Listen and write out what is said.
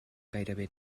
gairebé